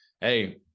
hey